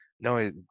No